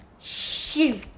Shoot